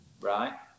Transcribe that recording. Right